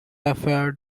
affair